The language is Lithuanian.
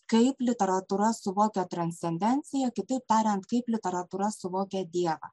kaip literatūra suvokia transcendenciją kitaip tariant kaip literatūra suvokia dievą